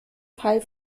fall